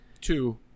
Two